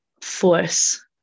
force